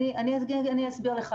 אני אסביר לך.